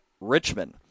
Richmond